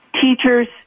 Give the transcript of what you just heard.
teachers